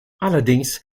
allerdings